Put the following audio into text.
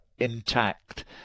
intact